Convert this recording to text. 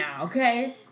okay